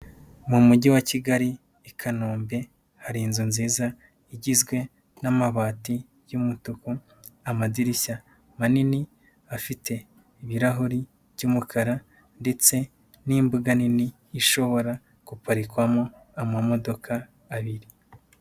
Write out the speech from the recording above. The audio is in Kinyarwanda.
Mu mujyi wa Kigali i Kanombe, hari inzu nziza igizwe n'amabati y'umutuku, amadirishya manini, afite ibirahuri by'umukara, ndetse n'imbuga nini, ishobora guparikwamo amamodoka abiri.